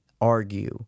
argue